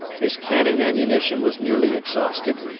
his cannon ammunition was nearly exhausted,